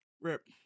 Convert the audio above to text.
Rip